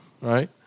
right